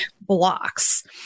blocks